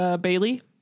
Bailey